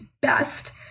best